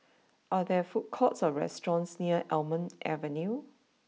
are there food courts or restaurants near Almond Avenue